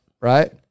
Right